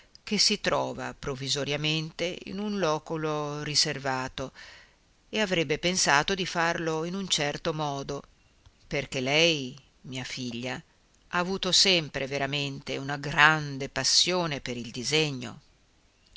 che si trova provvisoriamente in un loculo riservato e avrebbe pensato di farlo in un certo modo perché lei mia figlia ha avuto sempre veramente una grande passione per il disegno